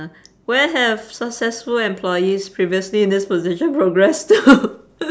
where have successful employees previously in this position progressed to